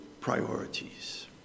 priorities